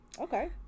Okay